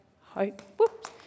hope